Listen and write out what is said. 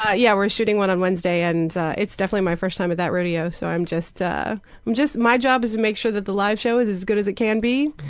ah yeah, we're shooting one on wednesday and it's definitely my first time at that rodeo so i'm just ah i'm just my job is make sure that the live show is as good as it can be.